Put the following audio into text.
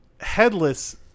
Headless